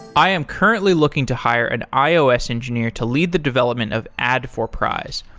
i am currently looking to hire an ios engineer to lead the development of adforprize.